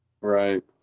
Right